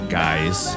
guys